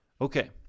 Okay